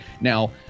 now